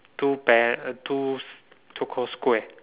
two pair uh two two called square